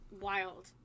Wild